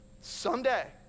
Someday